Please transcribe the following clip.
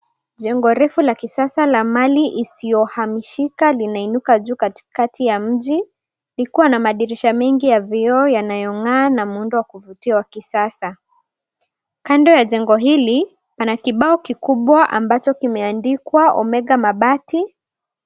Jengo refu la kisasa la mali isiyohamishika, linainuka juu katikati ya mji, likiwa na madirisha mengi ya vioo yanayong'aa na muundo wa kuvutia wa kisasa. Kando ya jengo hili, pana kibao kikubwa ambacho kimeandikwa, Omega Mabati.